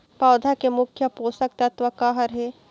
पौधा के मुख्य पोषकतत्व का हर हे?